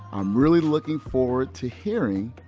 i'm really looking forward to hearing,